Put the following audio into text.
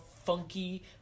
funky